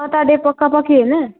Saturday पक्कापक्की हैन